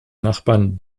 nachbarn